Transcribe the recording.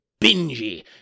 bingy